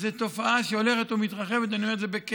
זאת תופעה שהולכת ומתרחבת, אני אומר את זה בכאב,